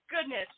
goodness